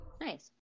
nice